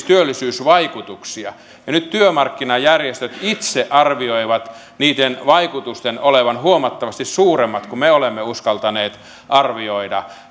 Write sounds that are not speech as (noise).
(unintelligible) työllisyysvaikutuksia nyt työmarkkinajärjestöt itse arvioivat niiden vaikutusten olevan huomattavasti suuremmat kuin me olemme uskaltaneet arvioida (unintelligible)